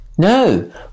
No